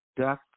death